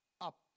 up